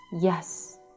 yes